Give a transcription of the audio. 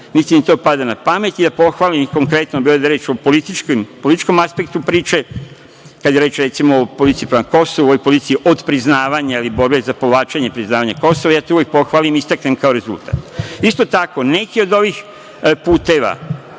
niti mi to pada na pamet. Da pohvalim konkretno, kada je reč o političkom aspektu, priče kada je reč, recimo, o politici prema Kosovu, ovoj politici od priznavanja ili borbe za povlačenje priznavanja Kosova, ja to uvek pohvalim i istaknem kao rezultat. Isto tako, neki od ovih puteva